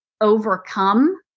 overcome